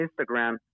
Instagram